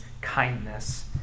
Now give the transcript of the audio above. kindness